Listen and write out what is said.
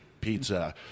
pizza